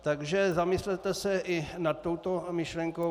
Takže zamyslete se i nad touto myšlenkou.